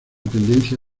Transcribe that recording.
tendencia